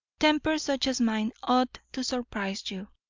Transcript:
temper such as mine ought to surprise you,